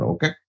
Okay